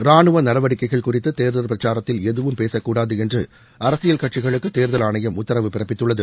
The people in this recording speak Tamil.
ராணுவ நடவடிக்கைகள் குறித்து தேர்தல் பிரச்சாரத்தில் எதுவும் பேச கூடாது என்று அரசியல் கட்சிகளுக்கு தேர்தல் ஆணையம் உத்தரவு பிறப்பித்துள்ளது